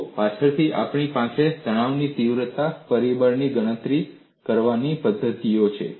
જુઓ પાછળથી આપણી પાસે તણાવની તીવ્રતા પરિબળની ગણતરી કરવાની પદ્ધતિઓ છે